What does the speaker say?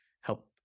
help